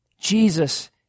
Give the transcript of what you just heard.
Jesus